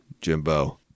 Jimbo